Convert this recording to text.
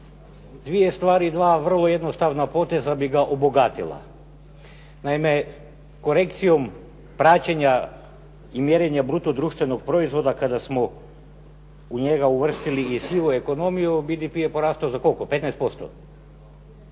dvije stvari, dva vrlo jednostavna poteza bi ga obogatila. Naime, korekcijom praćenja i mjerenja brutodruštvenog proizvoda kada smo u njega uvrstili i sivu ekonomiju BDP je porastao, za koliko? 15%?